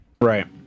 Right